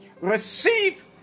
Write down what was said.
Receive